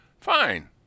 fine